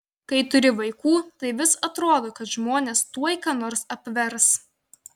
kai turi vaikų tai vis atrodo kad žmonės tuoj ką nors apvers